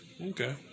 Okay